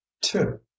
two